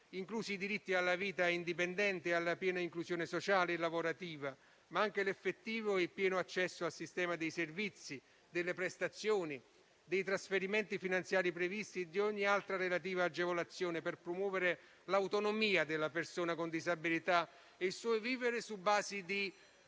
inclusi i diritti alla vita indipendente e alla piena inclusione sociale e lavorativa, ma anche l'effettivo e pieno accesso al sistema dei servizi, delle prestazioni, dei trasferimenti finanziari previsti e di ogni altra relativa agevolazione per promuovere l'autonomia della persona con disabilità e il suo vivere su basi di